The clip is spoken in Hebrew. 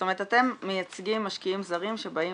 זאת אומרת אתם מייצגים משקיעים זרים שבאים